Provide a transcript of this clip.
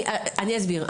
אני אסביר,